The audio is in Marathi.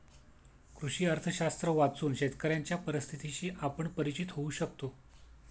कृषी अर्थशास्त्र वाचून शेतकऱ्यांच्या परिस्थितीशी आपण परिचित होऊ शकतो